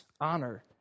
honor